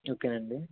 okay నండి